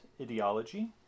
ideology